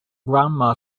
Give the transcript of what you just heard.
grandma